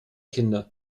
kinder